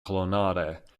colonnade